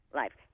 life